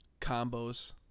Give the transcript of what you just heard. Combos